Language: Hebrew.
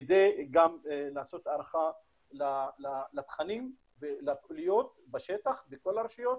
כדי גם לעשות הערכה של התכנים והפעילויות בשטח לכל הרשויות